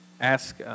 ask